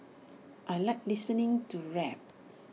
I Like listening to rap